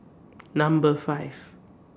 Number five